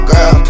Girl